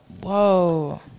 Whoa